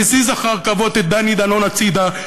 מזיז אחר כבוד את דני דנון הצדה,